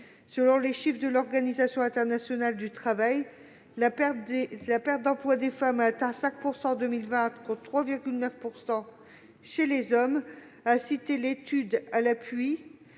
Selon les chiffres de l'Organisation internationale du travail, la perte d'emploi des femmes a atteint 5 % en 2020 contre 3,9 % chez les hommes, étude à l'appui.